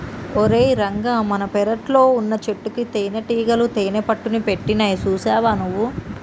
ఓరై రంగ మన పెరట్లో వున్నచెట్టుకి తేనటీగలు తేనెపట్టుని పెట్టినాయి సూసావా నువ్వు